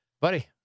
Buddy